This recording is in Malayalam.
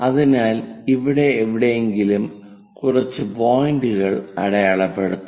അതിനാൽ ഇവിടെ എവിടെയെങ്കിലും കുറച്ച് പോയിന്റുകൾ അടയാളപ്പെടുത്താം